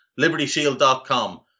libertyshield.com